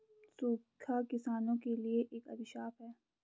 सूखा किसानों के लिए एक अभिशाप है